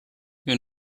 you